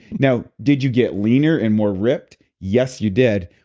now, did you get leaner and more ripped? yes you did.